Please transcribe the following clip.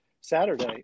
Saturday